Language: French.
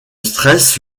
stress